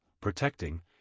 protecting